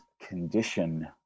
condition